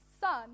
son